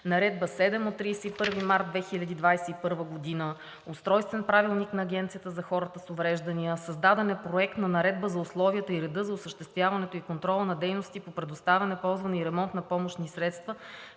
Наредба № 7 от 31 март 2021 г.; Устройствен правилник на Агенцията за хората с увреждания. Създаден е Проект на наредба за условията и реда за осъществяването и контрола на дейности по предоставяне, ползване и ремонт на помощни средства,